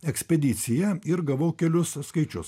ekspediciją ir gavau kelius skaičius